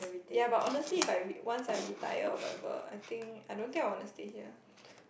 ya but honestly if I re~ once I retire or whatever I think I don't think I want to stay here